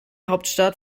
hauptstadt